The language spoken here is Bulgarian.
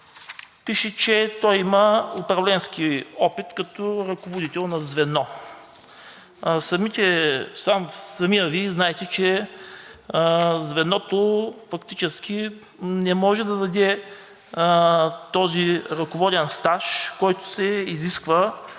пише, че той има управленски опит като ръководител на звено. Самият Вие знаете, че звеното фактически не може да даде този ръководен стаж, който се изисква